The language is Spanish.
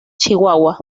chihuahua